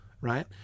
Right